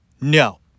No